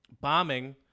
bombing